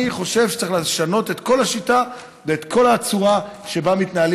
אני חושב שצריך לשנות את כל השיטה ואת כל הצורה שבה מתנהלים